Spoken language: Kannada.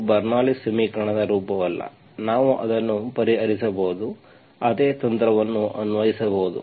ಇದು ಬರ್ನೌಲ್ಲಿಸ್bernoullis ಸಮೀಕರಣದ ರೂಪವಲ್ಲ ನಾವು ಅದನ್ನು ಪರಿಹರಿಸಬಹುದು ಅದೇ ತಂತ್ರವನ್ನು ಅನ್ವಯಿಸಬಹುದು